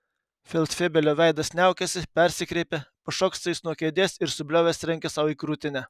feldfebelio veidas niaukiasi persikreipia pašoksta jis nuo kėdės ir subliovęs trenkia sau į krūtinę